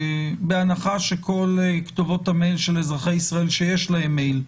בהנחה שכל כתובות המייל של אזרחי ישראל שיש להם מייל,